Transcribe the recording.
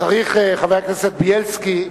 חבר הכנסת בילסקי,